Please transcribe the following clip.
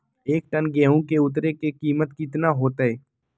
एक टन गेंहू के उतरे के कीमत कितना होतई?